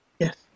Yes